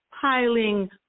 piling